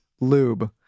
Lube